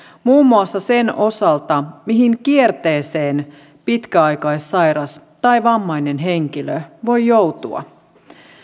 muun muassa sen osalta mihin kierteeseen pitkäaikaissairas tai vammainen henkilö voi joutua